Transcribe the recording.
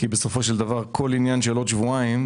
כי בסופו של דבר כל עניין של עוד שבועיים,